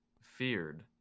feared